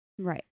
Right